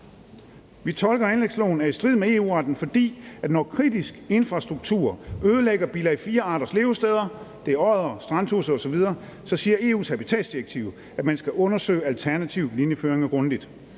Vi tolker, at anlægsloven er i strid med EU-retten, fordi når kritisk infrastruktur ødelægger bilag IV-arters levesteder – det er oddere, strandtudser osv. – så siger EU's habitatdirektiv, at man skal undersøge alternative linjeføringer grundigt.